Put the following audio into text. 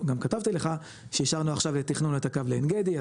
כתבתי לך שאישרנו עכשיו את תכנון הקו לעין גדי,